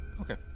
okay